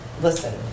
Listen